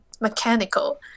mechanical